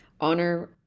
honor